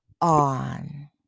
on